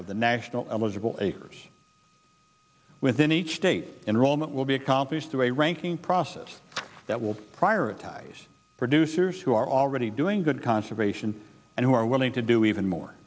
of the national eligible acres within each state enrollment will be accomplished through a ranking process that will prioritize producers who are already doing good conservation and who are willing to do even more